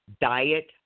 diet